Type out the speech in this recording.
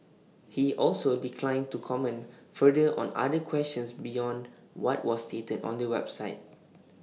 he also declined to comment further on other questions beyond what was stated on the website